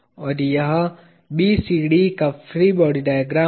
और यह BCD का फ्री बॉडी डायग्राम है